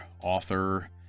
author